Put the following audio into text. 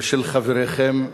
ושל חבריכם,